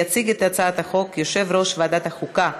יציג את הצעת החוק יושב-ראש ועדת החוקה,